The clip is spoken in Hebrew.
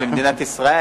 של מדינת ישראל?